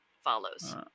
follows